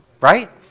Right